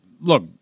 Look